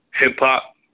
Hip-hop